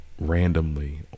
Randomly